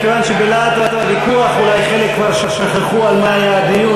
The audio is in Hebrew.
מכיוון שבלהט הוויכוח אולי חלק כבר שכחו על מה היה הדיון,